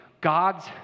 God's